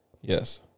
Yes